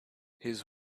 his